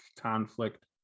conflict